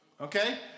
Okay